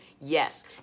yes